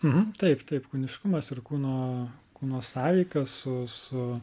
mh taip taip kūniškumas ir kūno kūno sąveika su su